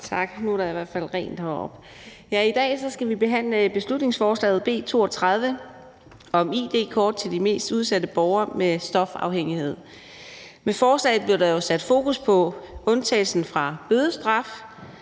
I dag skal vi behandle beslutningsforslag B 32 om id-kort til de mest udsatte borgere med stofafhængighed. Med forslaget bliver der jo sat fokus på undtagelsen fra bødestraf